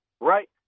right